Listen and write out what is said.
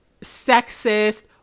sexist